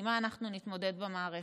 עם מה אנחנו נתמודד במערכת,